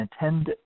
attend